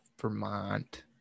Vermont